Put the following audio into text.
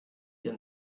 ihr